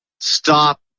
stop